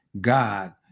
god